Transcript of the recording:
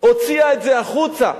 הוציאה את זה החוצה,